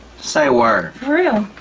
say word? for real.